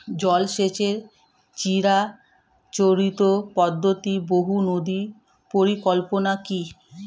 জল সেচের চিরাচরিত পদ্ধতি বহু নদী পরিকল্পনা কি?